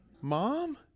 Mom